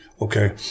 Okay